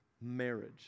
marriage